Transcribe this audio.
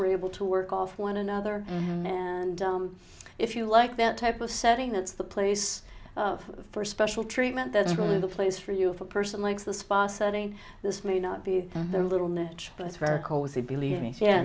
we're able to work off one another and if you like that type of setting that's the place for special treatment that's really the place for you if a person likes the spa setting this may not be their little niche but it's very cosy believe me ye